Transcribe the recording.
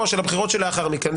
או של הבחירות שלאחר מכן,